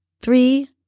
three